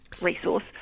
resource